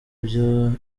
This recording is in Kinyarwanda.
byari